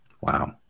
Wow